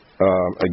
Again